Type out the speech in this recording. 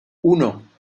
uno